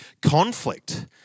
conflict